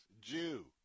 Jew